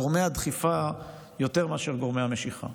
גורמי הדחיפה יותר מאשר גורמי המשיכה.